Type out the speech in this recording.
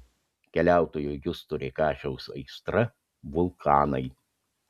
keliautojo justo rėkašiaus aistra vulkanai